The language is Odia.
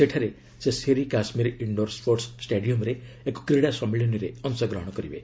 ସେଠାରେ ସେ ସେରି କାଶ୍ମୀର ଇଣ୍ଡୋର ସ୍ୱୋର୍ଟସ ଷ୍ଟାଡିୟମ୍ରେ ଏକ କ୍ରୀଡ଼ା ସମ୍ମିଳନୀରେ ଅଂଶଗ୍ରହଣ କରିବେ